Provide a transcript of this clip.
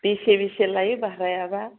बेसे बेसे लायो बारहायाबा